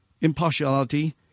impartiality